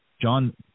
john